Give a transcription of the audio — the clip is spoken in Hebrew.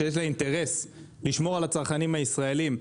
שיש לה אינטרס לשמור על הצרכנים הישראלים,